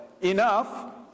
enough